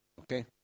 Okay